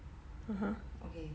(uh huh)